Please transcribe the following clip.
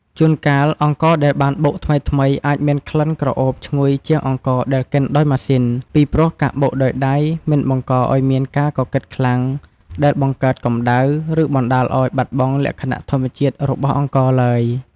ជួនកាល អង្ករដែលបានបុកថ្មីៗអាចមានក្លិនក្រអូបឈ្ងុយជាងអង្ករដែលកិនដោយម៉ាស៊ីន ពីព្រោះការបុកដោយដៃមិនបង្កឲ្យមានការកកិតខ្លាំងដែលបង្កើតកម្ដៅ ឬបណ្ដាលឲ្យបាត់បង់លក្ខណៈធម្មជាតិរបស់អង្ករឡើយ។